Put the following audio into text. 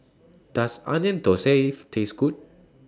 Does Onion Thosai Taste Good